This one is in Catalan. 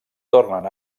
tornen